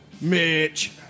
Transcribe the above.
Mitch